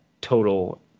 total